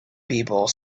people